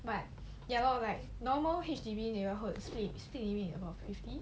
but ya lor like normal H_D_B neighbourhood speed speed limit about fifty